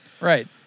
Right